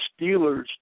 Steelers